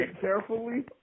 carefully